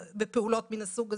בפעולות מן הסוג הזה,